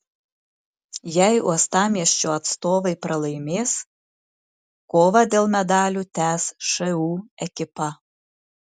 jei uostamiesčio atstovai pralaimės kovą dėl medalių tęs šu ekipa